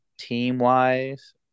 team-wise